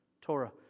Torah